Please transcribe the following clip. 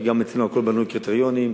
כי גם אצלנו הכול בנוי מקריטריונים.